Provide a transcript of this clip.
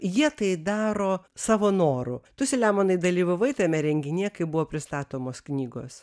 jie tai daro savo noru tu selemonai dalyvavai tame renginyje kai buvo pristatomos knygos